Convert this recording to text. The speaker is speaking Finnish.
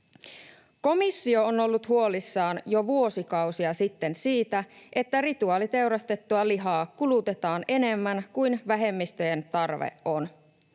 Komissio on ollut huolissaan jo vuosikausia sitten siitä, että rituaaliteurastettua lihaa kulutetaan enemmän kuin vähemmistöjen tarve on.